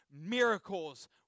miracles